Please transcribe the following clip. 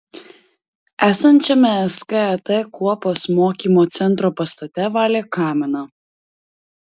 esančiame skat kuopos mokymo centro pastate valė kaminą